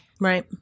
Right